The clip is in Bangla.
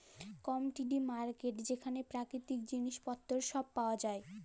কমডিটি মার্কেট যেখালে পাকিতিক জিলিস পত্তর ছব পাউয়া যায়